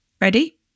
Ready